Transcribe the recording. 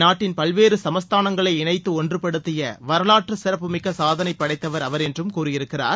நாட்டின் பல்வேறு சமஸ்தானங்களை இணைத்து ஒன்று படுத்திய வரலாற்று சிறப்பு மிக்க சாதனைபடைத்தவர் அவர் என்றும் கூறியிருக்கிறார்